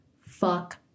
Fuck